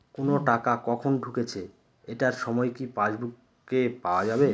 কোনো টাকা কখন ঢুকেছে এটার সময় কি পাসবুকে পাওয়া যাবে?